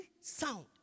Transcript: sound